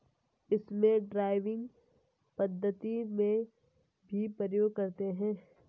इसे ड्राइविंग पद्धति में भी प्रयोग करते हैं